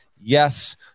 Yes